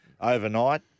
overnight